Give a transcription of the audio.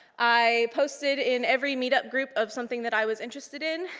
i posted in every meetup group of something that i was interested in.